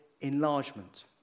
enlargement